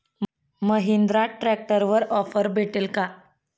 महिंद्रा ट्रॅक्टरवर ऑफर भेटेल का?